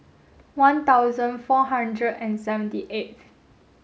one thousand four hundred and seventy eighth